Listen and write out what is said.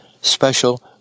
special